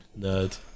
Nerd